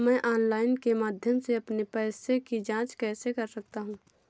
मैं ऑनलाइन के माध्यम से अपने पैसे की जाँच कैसे कर सकता हूँ?